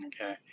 Okay